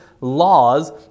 laws